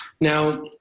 Now